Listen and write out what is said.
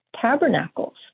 tabernacles